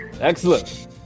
Excellent